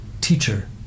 teacher